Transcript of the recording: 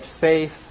faith